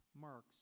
marks